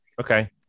Okay